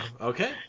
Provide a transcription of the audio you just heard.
Okay